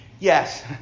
Yes